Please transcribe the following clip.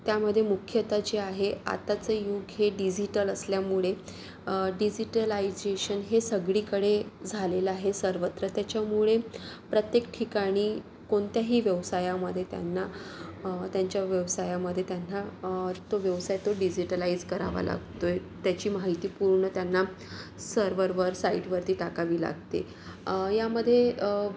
त्यामध्ये मुख्यत जे आहे आताचं युग हे डिजिटल असल्यामुळे डिजिटलायजेशन हे सगळीकडे झालेलं आहे सर्वत्र त्याच्यामुळे प्रत्येक ठिकाणी कोणत्याही व्यवसायामध्ये त्यांना त्यांच्या व्यवसायामध्ये त्यांना तो व्यवसाय तो डिजिटलाइज करावा लागतो आहे त्याची माहिती पूर्ण त्यांना सर्वरवर साइटवरती टाकावी लागते यामध्ये